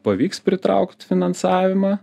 pavyks pritraukt finansavimą